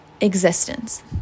existence